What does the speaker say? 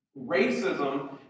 racism